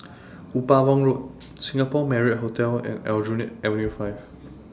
Upavon Road Singapore Marriott Hotel and Aljunied Avenue five